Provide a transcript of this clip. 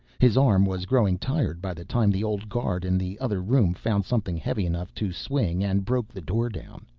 his arm was growing tired by the time the old guard in the other room found something heavy enough to swing and broke the door down.